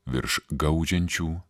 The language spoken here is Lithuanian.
virš gaudžiančių